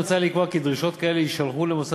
מוצע לקבוע כי דרישות כאלה יישלחו למוסד